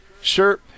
Sure